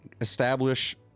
establish